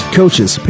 coaches